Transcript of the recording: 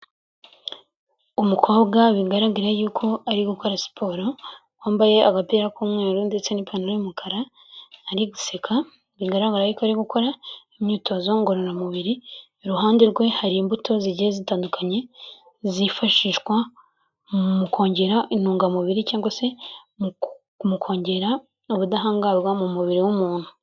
Umukobwa bigaraga yuko ari gukora siporo wambaye agapira k'umweru ndetse n'ipantaro y'umukara, ari guseka, bigaragara yuko ari gukora imyitozo ngororamubiri, iruhande rwe hari imbuto zigiye zitandukanye, zifashishwa mu kongera intungamubiri, cyangwa se mu kongera ubudahangarwa mu mubiri w'umuntu.